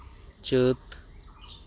ᱪᱟᱹᱛ